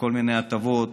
וכל מיני הטבות,